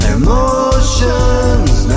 emotions